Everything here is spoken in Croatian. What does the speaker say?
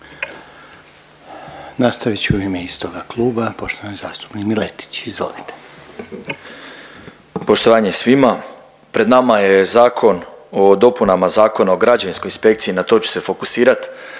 Nastavit će u ime istoga kluba poštovani zastupnik Miletić, izvolite. **Miletić, Marin (MOST)** Poštovanje svima. Pred nama je Zakon o dopunama Zakona o građevinskoj inspekciji, na to ću se fokusirati.